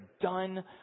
done